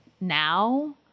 now